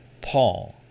Paul